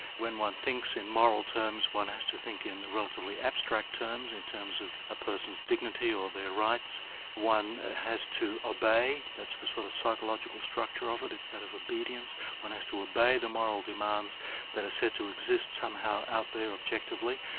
when one thinks in moral terms one has to think in relatively abstract terms, in terms of a person's dignity or their rights one has to obey, that's the sort of psychological structure of it, it's that of obedience one has to obey the moral demands that are said to exist somehow out there objectively.